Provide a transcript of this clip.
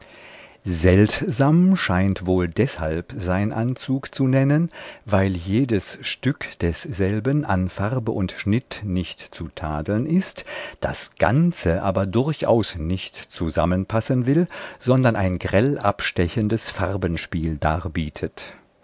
seltsam scheint wohl deshalb sein anzug zu nennen weil jedes stück desselben an farbe und schnitt nicht zu tadeln ist das ganze aber durchaus nicht zusammenpassen will sondern ein grell abstechendes farbenspiel darbietet